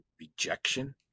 rejection